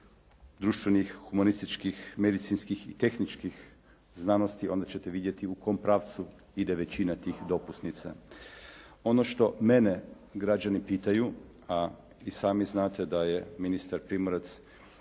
društvenih, humanističkih, medicinskih i tehničkih znanosti onda ćete vidjeti u kom pravcu ide većina tih dopusnica. Ono što mene građani pitaju, a i sami znate da je ministar Primorac